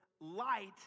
light